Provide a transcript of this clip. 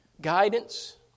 guidance